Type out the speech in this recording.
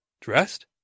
dressed